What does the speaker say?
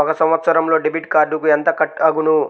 ఒక సంవత్సరంలో డెబిట్ కార్డుకు ఎంత కట్ అగును?